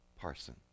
Parson